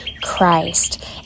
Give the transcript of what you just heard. Christ